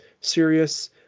serious